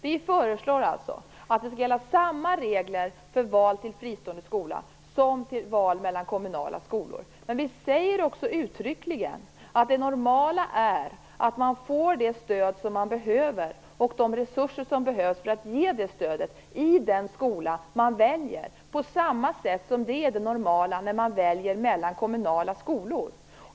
Vi föreslår alltså att samma regler skall gälla för val till fristående skola som för val mellan kommunala skolor. Men vi säger också uttryckligen att det normala är att man får det stöd man behöver och de resurser som behövs för att ge det stödet i den skola man väljer, på samma sätt som det är det normala när man väljer mellan kommunala skolor.